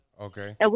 Okay